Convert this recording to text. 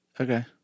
Okay